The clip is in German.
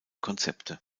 konzepte